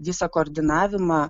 visą koordinavimą